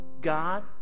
God